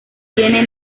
tiene